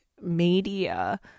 media